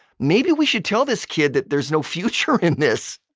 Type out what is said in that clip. maybe we should tell this kid that there's no future in this.